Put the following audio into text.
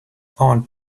aunt